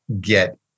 get